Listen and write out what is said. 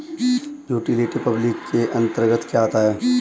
Utility public के अंतर्गत क्या आता है?